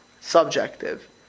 Subjective